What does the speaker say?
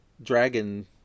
Dragon